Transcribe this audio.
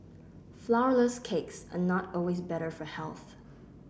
flourless cakes are not always better for health